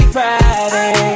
Friday